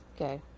okay